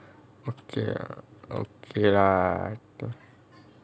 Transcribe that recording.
okay lah okay lah tho~